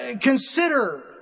consider